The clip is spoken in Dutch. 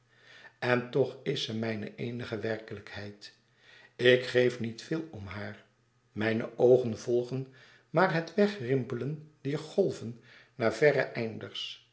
en toch is ze mijne eenige werkelijkheid ik geef niet veel om haar mijne oogen volgen maar het wegrimpelen dier golven naar verre einders